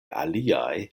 aliaj